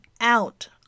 out